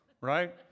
right